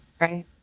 right